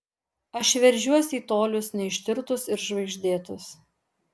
aš veržiuos į tolius neištirtus ir žvaigždėtus